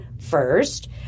first